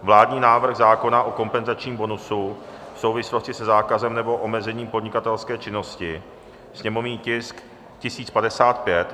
vládní návrh zákona o kompenzačním bonusu v souvislosti se zákazem nebo omezením podnikatelské činnosti, sněmovní tisk 1055;